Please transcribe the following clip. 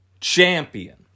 champion